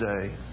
today